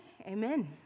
Amen